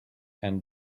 and